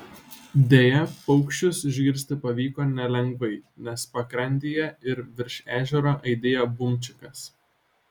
deja paukščius išgirsti pavyko nelengvai nes pakrantėje ir virš ežero aidėjo bumčikas